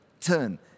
turn